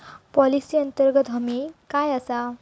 Policy अंतर्गत हमी काय आसा?